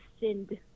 sinned